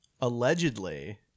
allegedly